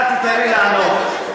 אתה תיתן לי לענות,